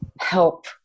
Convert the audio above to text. help